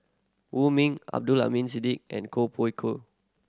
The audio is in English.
Wong Ming Abdul Aleem and Koh Pui Koh